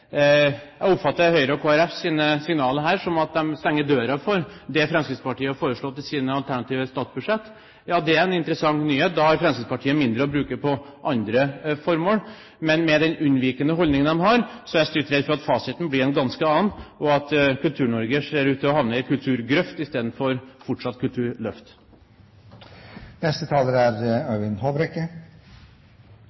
Jeg oppfatter Høyres og Kristelig Folkepartis signaler som at de stenger døra for det Fremskrittspartiet har foreslått i sitt alternative statsbudsjett. Det er en interessant nyhet. Da har Fremskrittspartiet mindre å bruke på andre formål. Men med den unnvikende holdningen de har, er jeg stygt redd for at fasiten blir en ganske annen, og at Kultur-Norge ser ut til å havne i en kulturgrøft istedenfor at det fortsatt blir et kulturløft.